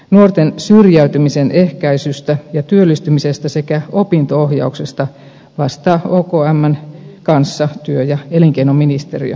nuorten syrjäytymisen ehkäisystä ja työllistymisestä sekä opinto ohjauksesta vastaa okmn kanssa työ ja elinkeinoministeriö